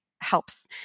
helps